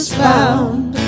found